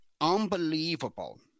unbelievable